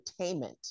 entertainment